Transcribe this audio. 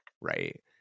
right